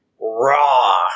Raw